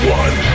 one